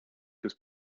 his